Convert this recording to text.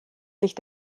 sich